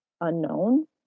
unknown